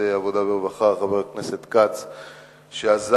חבר הכנסת משה מוץ מטלון, שהיא